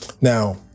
Now